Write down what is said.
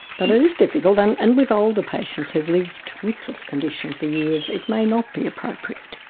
but it is difficult, and and with older patients who've lived with this condition for years, it may not be appropriate.